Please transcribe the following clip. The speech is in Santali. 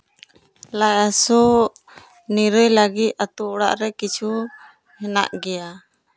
ᱞᱟᱡ ᱦᱟᱥᱳ ᱱᱤᱨᱟᱹᱭ ᱞᱟᱹᱜᱤᱫ ᱟᱛᱳ ᱚᱲᱟᱜ ᱨᱮ ᱠᱤᱪᱷᱩ ᱦᱮᱱᱟᱜ ᱜᱮᱭᱟ